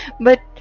but-